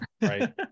right